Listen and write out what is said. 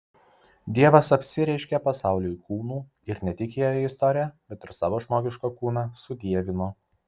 dievas apsireiškė pasauliui kūnu ir ne tik įėjo į istoriją bet ir savo žmogišką kūną sudievino